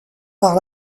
par